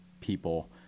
people